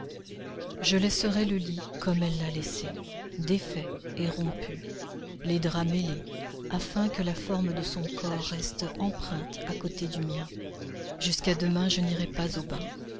je laisserai le lit comme elle l'a laissé défait et rompu les draps mêlés afin que la forme de son corps reste empreinte à côté du mien jusqu'à demain je n'irai pas au bain